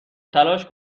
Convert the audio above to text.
تلاش